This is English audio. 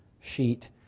sheet